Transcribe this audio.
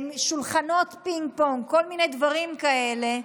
שולחנות פינג-פונג וכל מיני דברים כאלה,